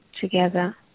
together